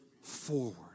forward